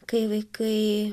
kai vaikai